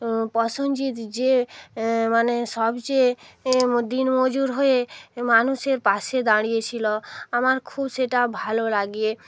পসেনজিৎ যে মানে সবচেয়ে ম দিনমজুর হয়ে মানুষের পাশে দাঁড়িয়েছিলো আমার খুব সেটা ভালো লাগে